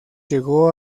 llegó